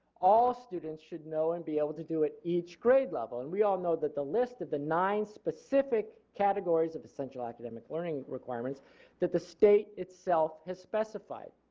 all students should know and be able to do at each grade level and we all know that the list of the nine specific categories of essential academic learning requirements that the state itself has specified.